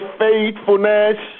faithfulness